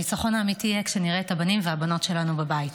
הניצחון האמיתי יהיה כשנראה את הבנים והבנות שלנו בבית.